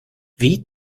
wie